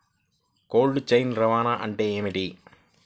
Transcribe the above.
Cold chain రవాణా అంటే ఏమిటీ?